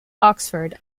oxford